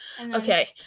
Okay